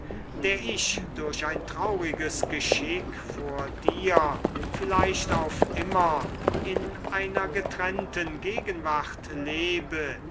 der ich durch ein trauriges geschick vor dir vielleicht auf immer in einer getrennten gegenwart lebe